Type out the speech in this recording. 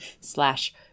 slash